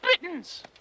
Britons